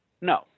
No